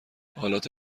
آلات